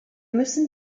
müssen